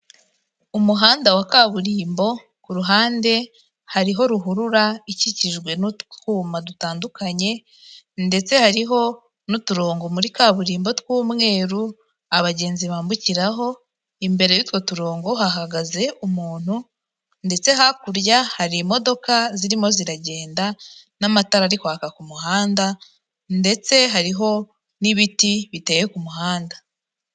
Umuhanda wa kaburimbo, ku ruhande hariho ruhurura ikikijwe n'utwuma dutandukanye ndetse hariho n'uturongo muri kaburimbo tw'umweru abagenzi bambukiraho, imbere y'utwo turongo hahagaze umuntu ndetse hakurya hari imodoka zirimo ziragenda n'amatara ari kwaka ku muhanda ndetse hariho n'ibiti biteye ku muhanda.